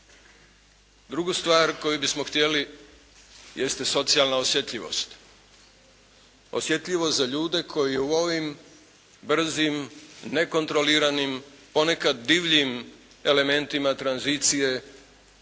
Drugu stvar koju bismo htjeli jeste socijalna osjetljivost. Osjetljivost za ljude koji u ovim brzim, nekontroliranim ponekad divljim elementima tranzicije